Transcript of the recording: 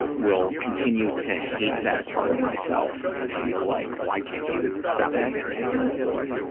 will continue to hate that part of myself, and feel like, why can't you stop being that ten-year-old boy?